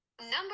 number